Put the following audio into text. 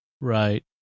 Right